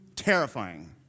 terrifying